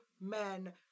men